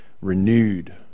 renewed